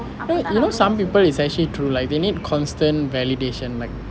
eh you know some people it's actually true like they need constant validation like